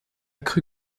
cru